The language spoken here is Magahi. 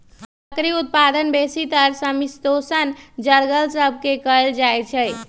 लकड़ी उत्पादन बेसीतर समशीतोष्ण जङगल सभ से कएल जाइ छइ